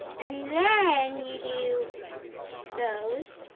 and then you do those